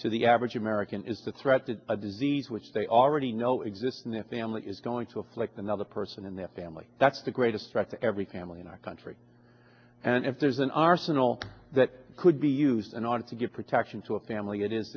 to the average american is the threat to a disease which they already know exists and their family is going to afflict another person in their family that's the greatest threat to every family in our country and if there's an arsenal that could be used in order to give protection to a family that is